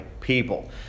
people